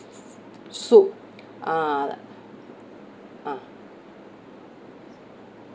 soup ah ah